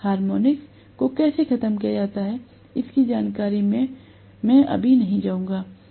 harmonics को कैसे खत्म किया जाता है इसकी जानकारी में मैं नहीं जाऊंगा